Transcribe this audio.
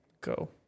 Go